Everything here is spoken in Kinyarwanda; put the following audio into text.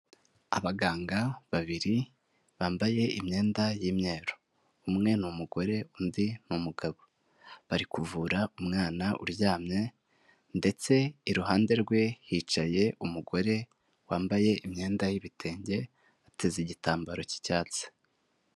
Abaganga babiri bambaye imyenda y'imyeru, umwe ni umugore, undi ni umugabo, bari kuvura umwana uryamye ndetse iruhande rwe hicaye umugore wambaye imyenda y'ibitenge, ateze igitambaro cy'icyatsi.